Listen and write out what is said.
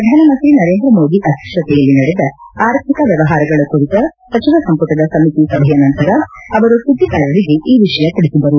ಪ್ರಧಾನಮಂತ್ರಿ ನರೇಂದ್ರ ಮೋದಿ ಅಧ್ಯಕ್ಷತೆಯಲ್ಲಿ ನಡೆದ ಅರ್ಥಿಕ ವ್ಯವಹಾರಗಳ ಕುರಿತ ಸಚಿವ ಸಂಪುಟದ ಸಮಿತಿ ಸಭೆಯ ನಂತರ ಅವರು ಸುದ್ವಿಗಾರರಿಗೆ ಈ ವಿಷಯ ತಿಳಿಸಿದರು